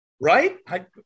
Right